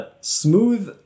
smooth